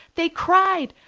they cried,